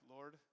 Lord